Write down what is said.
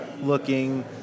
looking